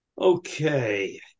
Okay